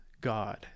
God